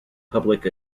public